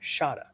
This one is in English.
Shada